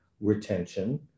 retention